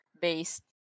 based